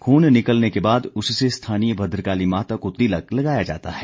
खून निकलने के बाद उससे स्थानीय भद्रकाली माता को तिलक लगाया जाता है